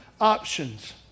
options